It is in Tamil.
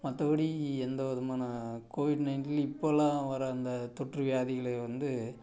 மற்றபடி எந்த விதமான கோவிட் நைன்டின்லேயும் இப்பெலாம் வர்ற அந்த தொற்று வியாதிகள் வந்து